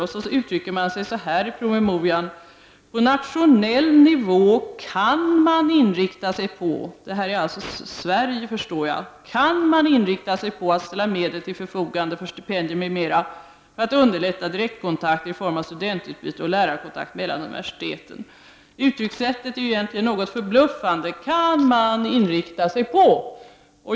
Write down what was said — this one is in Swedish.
Man uttrycker sig så här: ”På nationell nivå” — jag förstår att det är Sverige — ”kan man inrikta sig på att ställa medel till förfogande för stipendier m.m. för att underlätta direktkontakter i form av studentutbyte och lärarkontakter mellan universiteten.” Uttryckssättet är egentligen ganska förbluffande: kan man inrikta sig på.